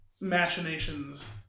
machinations